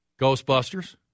Ghostbusters